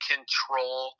control